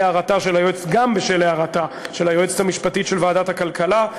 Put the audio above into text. גם בשל הערתה של היועצת המשפטית של ועדת הכלכלה,